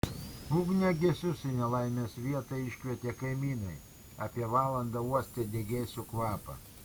ugniagesius į nelaimės vietą iškvietė kaimynai apie valandą uostę degėsių kvapą